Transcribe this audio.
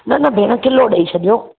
न न भेण किलो ॾेई छॾियो